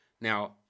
Now